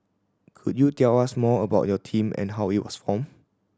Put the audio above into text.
could you tell us more about your team and how it was formed